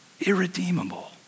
irredeemable